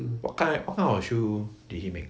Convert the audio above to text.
what kind what kind of shoe did he make